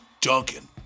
Duncan